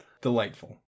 Delightful